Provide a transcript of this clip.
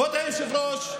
כבוד היושב-ראש,